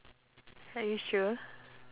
are you sure